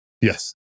Yes